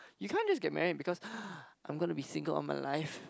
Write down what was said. you can't just get married because I'm gonna be single all my life